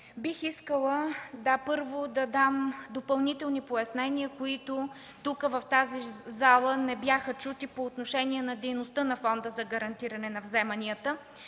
Бих искала, първо, да дам допълнителни пояснения, които в тази зала не бяха чути по отношение дейността на Фонда за гарантиране на вземанията.